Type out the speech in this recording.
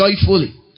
joyfully